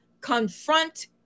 confront